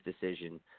decision